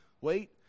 wait